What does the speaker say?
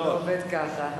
זה לא עובד ככה.